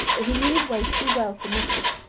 but he knew his way too well to miss it.